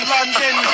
London